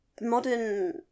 modern